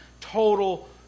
Total